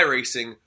Racing